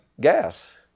gas